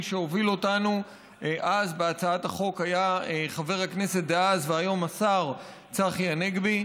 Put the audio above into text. מי שהוביל אותנו אז בהצעת החוק היה חבר הכנסת דאז והיום השר צחי הנגבי,